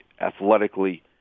athletically